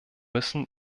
müssen